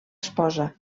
esposa